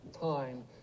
time